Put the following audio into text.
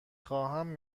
خواهم